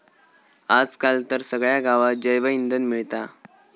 आज काल तर सगळ्या गावात जैवइंधन मिळता